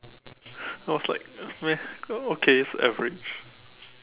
I was like meh okay it's average